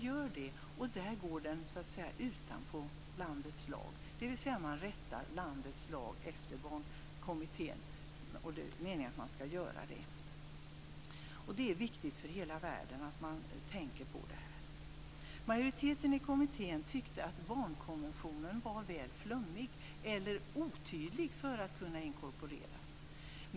Där går barnkonventionen så att säga utanpå landets lag. Landets lag rättas alltså efter barnkonventionen, vilket också är meningen. Det är viktigt för hela världen att man tänker på detta. Majoriteten i kommittén tyckte att barnkonventionen var väl flummig eller otydlig för att kunna inkorporeras.